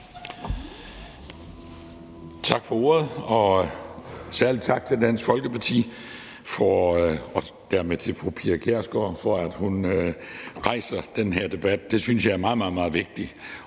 Tak for ordet, og særlig tak til Dansk Folkeparti og til fru Pia Kjærsgaard for at rejse den her debat. Det synes jeg er meget, meget vigtigt,